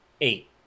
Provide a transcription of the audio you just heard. eight